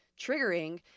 triggering